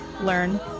learn